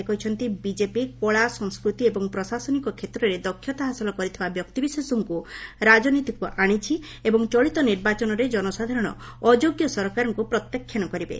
ସେ କହିଛନ୍ତି ବିଜେପି କଳା ସଂସ୍କୃତି ଏବଂ ପ୍ରଶାସନିକ କ୍ଷେତ୍ରରେ ଦକ୍ଷତା ହାସଲ କରିଥିବା ବ୍ୟକ୍ତିବିଶେଷଙ୍କୁ ରାଜନୀତିକୁ ଆଣିଛି ଏବଂ ଚଳିତ ନିର୍ବାଚନରେ ଜନସାଧାରଣ ଅଯୋଗ୍ୟ ସରକାରଙ୍କୁ ପ୍ରତ୍ୟାଖ୍ୟାନ କରିବେ